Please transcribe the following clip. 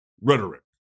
rhetoric